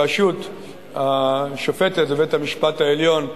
בראשות השופטת בבית-המשפט העליון,